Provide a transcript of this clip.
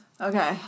Okay